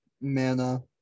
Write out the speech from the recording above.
Mana